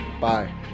Bye